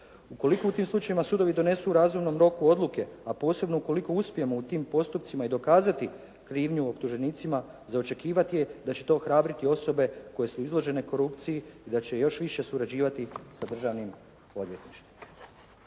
Ukoliko u tim slučajevima sudovi donesu u razumnom roku odluke, a posebno ukoliko uspijemo u tim postupcima i dokazati krivnju optuženicima za očekivati je da će to ohrabriti osobe koje su izložene korupciji i da će još više surađivati sa Državnim odvjetništvom."